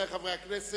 נמנעים.